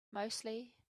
mostly